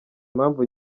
impamvu